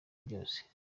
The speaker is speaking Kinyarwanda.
vyose